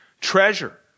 treasure